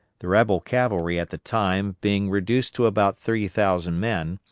the rebel cavalry at the time being reduced to about three thousand men,